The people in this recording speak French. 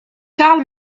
karl